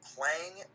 Playing